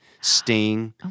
Sting